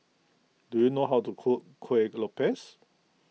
do you know how to cook Kuih Lopes